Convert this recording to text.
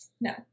No